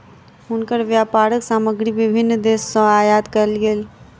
हुनकर व्यापारक सामग्री विभिन्न देस सॅ आयात कयल गेल